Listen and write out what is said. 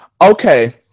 Okay